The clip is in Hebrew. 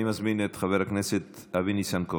אני מזמין את חבר הכנסת אבי ניסנקורן,